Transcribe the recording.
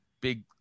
big